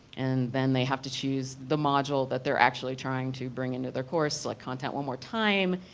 and then they have to choose the module that they are actually trying to bring into the course. like contact one more time.